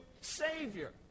Savior